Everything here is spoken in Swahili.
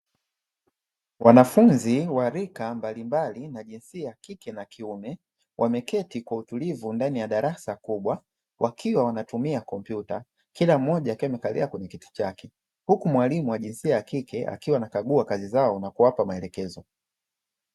Wanafunzi wa rika mbalimbali, na jinsia ya kike na kiume. Wameketi kwa utulivu ndani ya darasa kubwa, wakiwa wanatumia kompyuta, kila mmoja akiwa amekalia kwenye kiti chake, huku mwalimu wa jinsia ya kike akiwa anakagua kazi zao na kuwapa maelekezo.